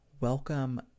Welcome